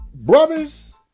Brothers